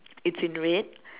it's in red